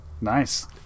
Nice